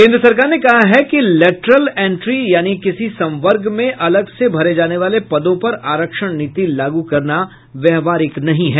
केन्द्र सरकार ने कहा है कि लेटरल एंट्री यानी किसी संवर्ग में अलग से भरे जाने वाले पदों पर आरक्षण नीति लागू करना व्यावहारिक नहीं है